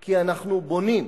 כי אנחנו בונים,